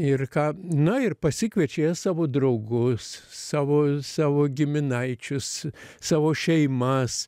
ir ką na ir pasikviečia jie savo draugus savo savo giminaičius savo šeimas